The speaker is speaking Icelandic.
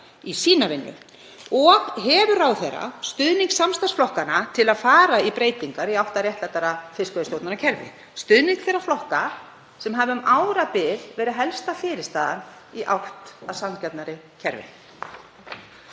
í sína vinnu? Hefur ráðherra stuðning samstarfsflokkanna til að fara í breytingar í átt að réttlátara fiskveiðistjórnarkerfi, stuðning þeirra flokka sem hafa um árabil verið helsta fyrirstaðan í átt að sanngjarnara kerfi?